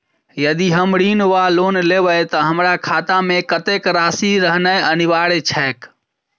यदि हम ऋण वा लोन लेबै तऽ हमरा खाता मे कत्तेक राशि रहनैय अनिवार्य छैक?